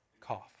cough